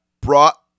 brought